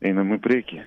einam į priekį